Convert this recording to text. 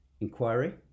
Inquiry